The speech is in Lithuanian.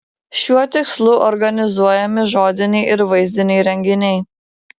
šiuo tikslu organizuojami žodiniai ir vaizdiniai renginiai